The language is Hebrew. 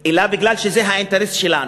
אלא מפני שזה האינטרס שלנו.